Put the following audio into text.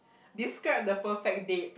describe the perfect date